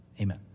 Amen